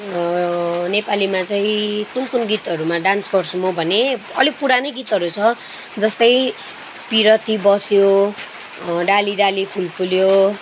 नेपालीमा चाहिँ कुन कुन गीतहरूमा डान्स गर्छु म भने अलिक पुरानै गीतहरू छ जस्तै पिरती बस्यो डाली डाली फुल फुल्यो